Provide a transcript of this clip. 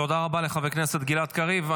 תודה רבה לחבר הכנסת גלעד קריב.